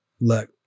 Look